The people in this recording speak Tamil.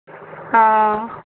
ஆ ஆ